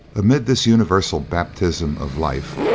amid this universal baptism of life,